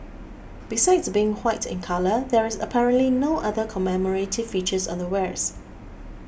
besides being white in colour there is apparently no other commemorative features on the wares